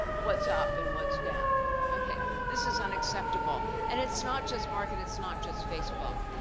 what's up and what's down. okay, this is unacceptable. and it's not just mark and it's not just facebook.